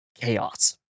chaos